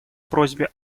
просьбе